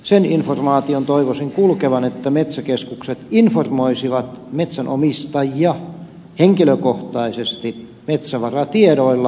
sen informaation toivoisin kulkevan että metsäkeskukset informoisivat metsänomistajia henkilökohtaisesti metsävaratiedoilla